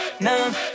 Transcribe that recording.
numb